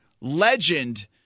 legend